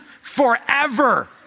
Forever